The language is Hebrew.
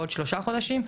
בעוד שלושה חודשים,